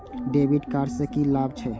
डेविट कार्ड से की लाभ छै?